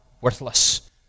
worthless